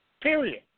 Period